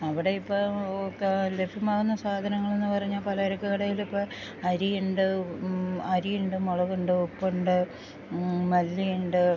അവിടെ ഇപ്പം ഒക്കെ ഒരു ലഭ്യമാകുന്ന സാധനങ്ങൾ എന്ന് പറഞ്ഞാൽ പലചരക്ക് കടയിൽ ഇപ്പം അരി ഉണ്ട് അരി ഉണ്ട് മുളക് ഉണ്ട് ഉപ്പ് ഉണ്ട് മല്ലി ഉണ്ട്